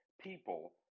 people